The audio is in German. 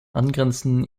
angrenzenden